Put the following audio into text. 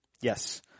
Yes